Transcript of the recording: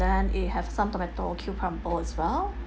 then you have some tomato cucumber as well